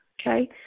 okay